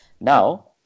Now